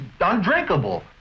undrinkable